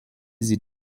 sie